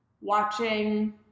watching